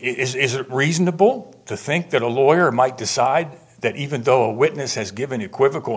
is it reasonable to think that a lawyer might decide that even though a witness has given equivocal